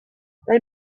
they